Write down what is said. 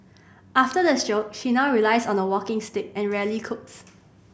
after the stroke she now relies on a walking stick and rarely cooks